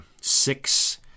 six